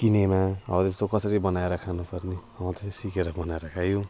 किनेमा हो यस्तो कसरी बनाएर खानु पर्ने हो त्यो सिकेर बनाएर खायौँ